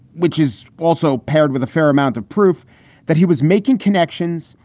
which is also paired with a fair amount of proof that he was making connections,